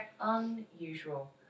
unusual